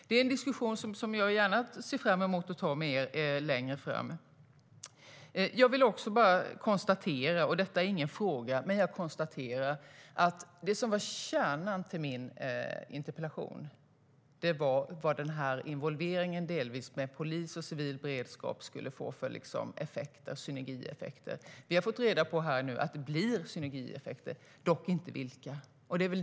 Det är en diskussion som jag gärna ser fram emot att ta med er längre fram. Jag konstaterar att det som var kärnan till min interpellation var frågan om hur involveringen av polis och civil beredskap ger synergieffekter. Vi har fått reda på att det blir synergieffekter - dock inte vilka.